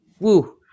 Woo